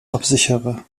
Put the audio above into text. absichere